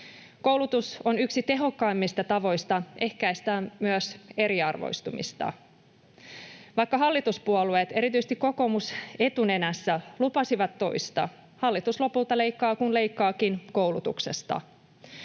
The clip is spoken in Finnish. Koulutus on yksi tehokkaimmista tavoista ehkäistä myös eriarvoistumista. Vaikka hallituspuolueet, erityisesti kokoomus etunenässä, lupasivat toista, hallitus lopulta leikkaa kuin leikkaakin koulutuksesta.